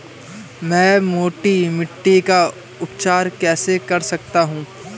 मैं मोटी मिट्टी का उपचार कैसे कर सकता हूँ?